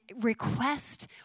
request